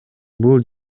бул